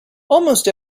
almost